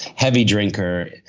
heavy drinker,